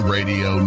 Radio